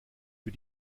für